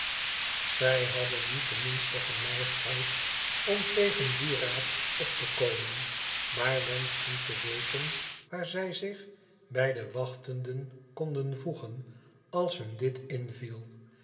zij hadden niet de minste geneigdheid om tegen dien raad op te bmeo maar wenschten te weten waar zij zich bij de wachtenden konden voegen als hun dit inviel